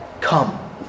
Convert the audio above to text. Come